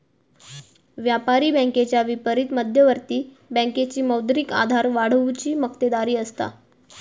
व्यापारी बँकेच्या विपरीत मध्यवर्ती बँकेची मौद्रिक आधार वाढवुची मक्तेदारी असता